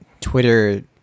Twitter